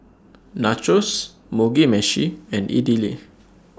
Nachos Mugi Meshi and Idili